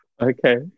Okay